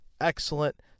excellent